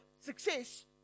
success